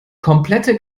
komplette